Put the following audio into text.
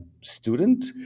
student